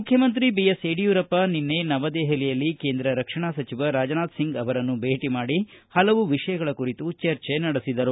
ಮುಖ್ಯಮಂತ್ರಿ B S Yediyurappa ನಿನ್ನೆ ನವದೆಹಲಿಯಲ್ಲಿ ನಿನ್ನೆ ಕೇಂದ್ರ ರಕ್ಷಣಾ ಸಚಿವ ರಾಜನಾಥ್ಸಿಂಗ್ ಅವರನ್ನು ಭೇಟ ಮಾಡಿ ಹಲವು ವಿಷಯಗಳ ಕುರಿತು ಚರ್ಚೆ ನಡೆಸಿದರು